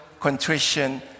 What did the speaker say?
contrition